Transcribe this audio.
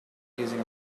using